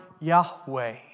Yahweh